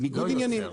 לא יוצר ניגוד עניינים,